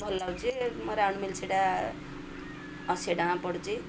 ଭଲ ଲାଗୁଛି ମୋ ରାଉଣ୍ଡ ମିଲ୍ ସେଟା ଅଶୀ ଟଙ୍କା ପଡ଼ୁଛି